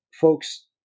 Folks